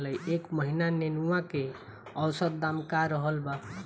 एह महीना नेनुआ के औसत दाम का रहल बा?